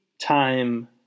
time